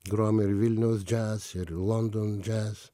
grojam ir vilniaus jazz ir london jazz